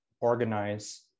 organize